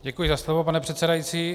Děkuji za slovo, pane předsedající.